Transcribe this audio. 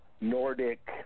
Nordic